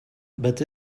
but